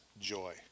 joy